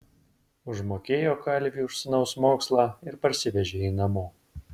užmokėjo kalviui už sūnaus mokslą ir parsivežė jį namo